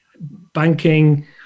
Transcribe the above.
banking